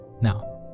Now